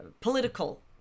political